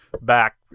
back